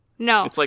No